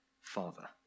Father